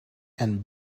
and